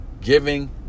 giving